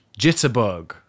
Jitterbug